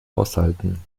aushalten